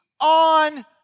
on